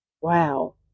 Wow